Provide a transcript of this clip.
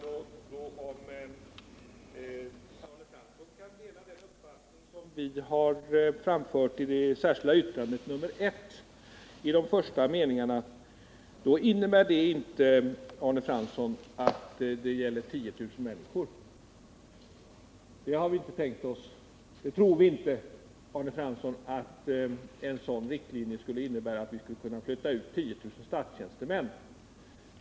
Herr talman! Om Arne Fransson kan dela den uppfattning som vi har framfört i de första meningarna i det särskilda yttrandet nr 1 så innebär det inte att det gäller 10 000 människor, Arne Fransson. Det har vi inte tänkt oss. Vi tror inte att en sådan riktlinje skulle innebära att vi skulle kunna flytta ut 10 000 statstjänstemän.